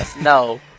No